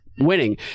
winning